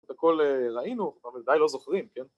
‫הכול ראינו, אבל ודאי לא זוכרים, כן?